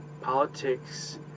politics